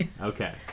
Okay